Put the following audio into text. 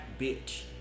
bitch